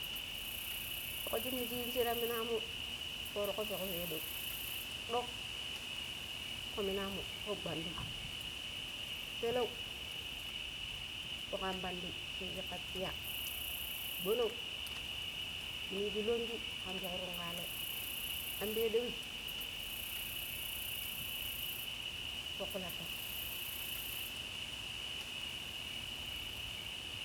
﻿fuk shimini shrijji taminamu forugo fuk peɗau ɗuk fuk mina mu fuk gwandum pelau fuk ampandi shiyishi ka pia gwanon muni yishi longi kan fuk tungale an peɗaui fuk kulata